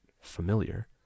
familiar